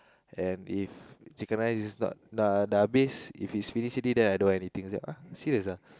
and if chicken rice is not dah habis if is finish already then I don't want anything then I say !huh! serious ah